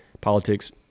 politics